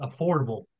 affordable